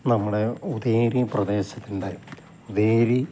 നമ്മുടെ ഉദയഗിരി പ്രദേശത്തിൻ്റെ ഉദയഗിരി